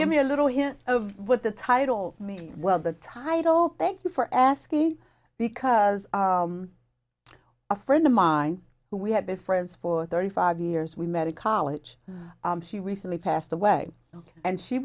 give me a little hint of what the title mean well the title thank you for asking because a friend of mine who we have been friends for thirty five years we met in college she recently passed away and she